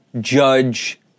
Judge